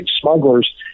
smugglers